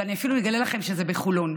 ואני אפילו אגלה לכם שזה בחולון.